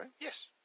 Yes